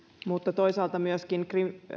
mutta toisaalta myöskin